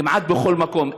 כמעט בכל מקום,